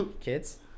Kids